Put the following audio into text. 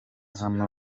hano